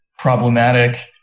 problematic